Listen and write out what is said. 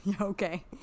okay